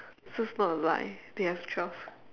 so it's not a lie they have twelve